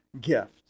gift